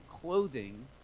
clothing